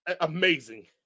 amazing